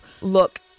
look